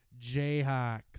Jayhawks